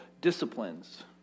disciplines